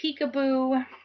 peekaboo